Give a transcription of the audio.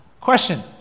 question